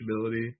ability